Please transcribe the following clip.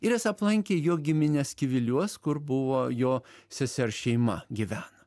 ir jis aplankė jo gimines kiviliuos kur buvo jo sesers šeima gyveno